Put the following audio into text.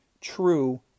true